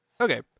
Okay